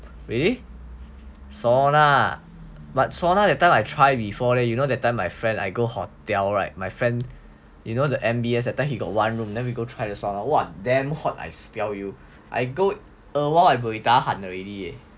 really sauna but sauna that time I try before leh you know that time my friend I go hotel [right] my friend you know the M_B_S that time he got one room then we go try to sauna !wah! damn hot I tell you I go a while I buay tahan already